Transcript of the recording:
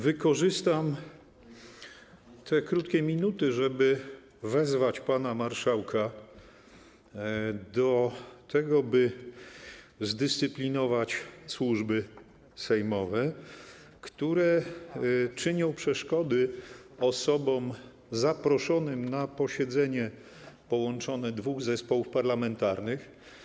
Wykorzystam te krótkie minuty, żeby wezwać pana marszałka do tego, by zdyscyplinować służby sejmowe, które czynią przeszkody osobom zaproszonym na posiedzenie dwóch połączonych zespołów parlamentarnych.